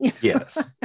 Yes